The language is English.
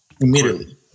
immediately